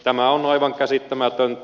tämä on aivan käsittämätöntä